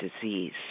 disease